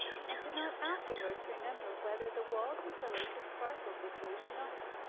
and could not afterwards remember whether the walls and pillars had sparkled with jewels or not.